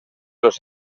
los